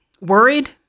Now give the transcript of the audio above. worried